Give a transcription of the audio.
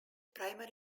primary